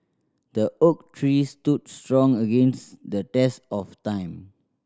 the oak tree stood strong against the test of time